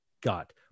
got